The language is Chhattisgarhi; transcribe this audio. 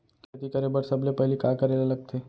खेती करे बर सबले पहिली का करे ला लगथे?